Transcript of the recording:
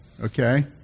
Okay